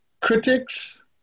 critics